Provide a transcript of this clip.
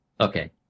Okay